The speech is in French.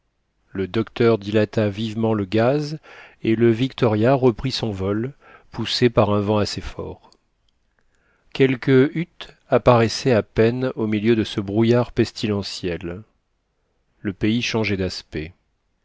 le docteur dilata vivement le gaz et le victoria reprit son vol poussé par un vent assez fort quelques huttes apparaissaient à peine au milieu de ce brouillard pestilentiel le pays changeait d'aspect